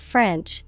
French